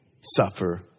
suffer